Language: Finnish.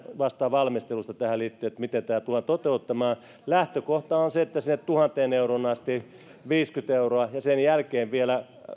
vastaa valmistelusta tähän liittyen vastaa vähän tarkemmin miten tämä tullaan toteuttamaan lähtökohta on se että sinne tuhanteen euroon asti viisikymmentä euroa ja sen jälkeen vielä